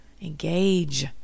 engage